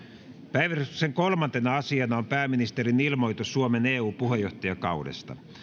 päiväjärjestyksen kolmantena asiana on pääministerin ilmoitus suomen eu puheenjohtajakaudesta